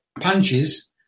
punches